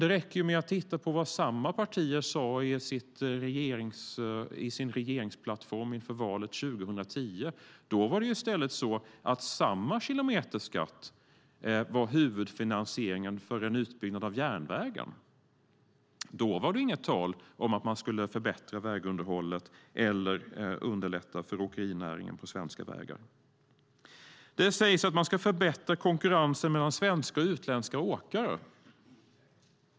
Det räcker att titta på vad samma partier sade i sin regeringsplattform inför valet 2010. Då var det i stället så att samma kilometerskatt skulle utgöra huvudfinansieringen för en utbyggnad av järnvägen. Då var det inget tal om att man skulle förbättra vägunderhållet eller underlätta för åkerinäringen på svenska vägar. Det sägs att man ska förbättra konkurrensen mellan svenska och utländska åkare.